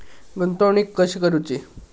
गुंतवणूक कशी करूची?